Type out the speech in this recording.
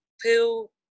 feel